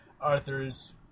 Arthur's